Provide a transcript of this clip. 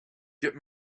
get